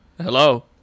Hello